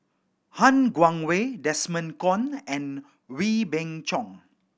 Han Guangwei Desmond Kon and Wee Beng Chong